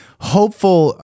hopeful